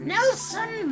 Nelson